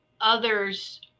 Others